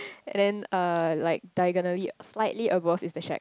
and then uh like diagonally slightly above is the shed